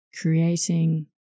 creating